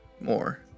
more